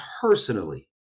personally